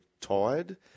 tired